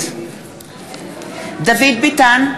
דוד ביטן,